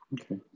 okay